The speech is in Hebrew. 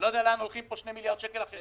אני לא יודע לאן הולכים פה 2 מיליארד שקלים אחרים.